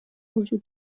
وجود